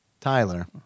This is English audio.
Tyler